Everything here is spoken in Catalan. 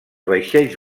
vaixells